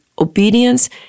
obedience